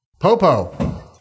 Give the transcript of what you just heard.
Popo